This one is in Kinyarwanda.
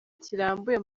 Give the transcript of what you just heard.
kirambuye